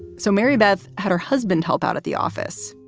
so mary beth had her husband help out at the office.